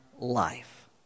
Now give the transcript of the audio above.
life